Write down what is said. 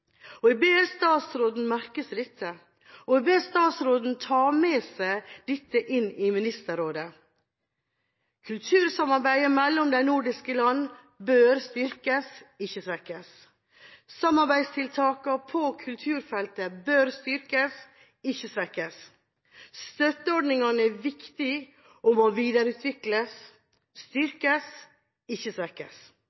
Jeg ber statsråden merke seg dette, og jeg ber statsråden ta dette med seg inn i Ministerrådet: Kultursamarbeidet mellom de nordiske land bør styrkes, ikke svekkes. Samarbeidstiltakene på kulturfeltet bør styrkes, ikke svekkes. Støtteordningene er viktige og må videreutvikles